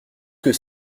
que